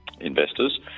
investors